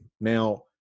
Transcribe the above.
now